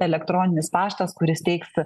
elektroninis paštas kuris teiks